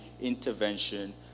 intervention